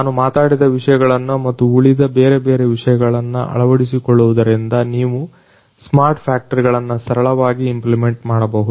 ನಾನು ಮಾತಾಡಿದ ವಿಷಯಗಳನ್ನು ಮತ್ತು ಉಳಿದ ಬೇರೆ ಬೇರೆ ವಿಷಯಗಳನ್ನು ಅಳವಡಿಸಿಕೊಳ್ಳುವುದರಿಂದ ನೀವು ಸ್ಮಾರ್ಟ್ ಫ್ಯಾಕ್ಟರಿಗಳನ್ನು ಸರಳವಾಗಿ ಇಂಪ್ಲೇಮೆಂಟ್ ಮಾಡಬಹುದು